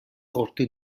corte